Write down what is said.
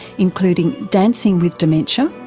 including dancing with dementia,